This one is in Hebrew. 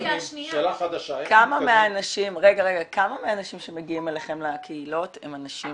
כמה מהאנשים שמגיעים אליכם לקהילות הם אנשים